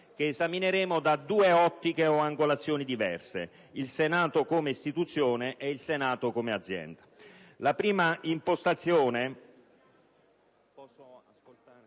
che esamineremo da due ottiche o angolazioni diverse: il Senato come istituzione e il Senato come azienda.